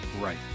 Right